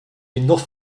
enough